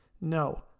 No